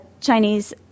Chinese